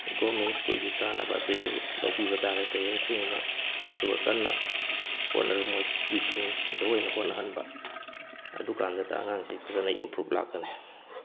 government ꯁ꯭ꯀꯨꯜꯒꯤ ꯀꯥꯟꯅꯕ ꯑꯁꯤꯁꯨ ꯂꯧꯕꯤꯕ ꯇꯥꯔꯦ ꯄꯦꯔꯦꯟꯁꯁꯤꯡꯅ ꯑꯗꯨꯒ ꯀꯟꯅ ꯍꯣꯠꯅꯔꯒ ꯃꯣꯏ ꯇ꯭ꯌꯨꯁꯟꯗ ꯑꯣꯏꯅ ꯍꯣꯠꯅꯍꯟꯕ ꯑꯗꯨꯀꯥꯟꯗꯇ ꯑꯉꯥꯡꯁꯦ ꯈꯔꯒ ꯏꯝꯄ꯭ꯔꯨꯚ ꯂꯥꯛꯀꯅꯤ